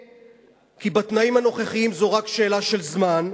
כי בתנאים הנוכחיים זו רק שאלה של זמן,